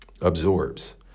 Absorbs